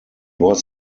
was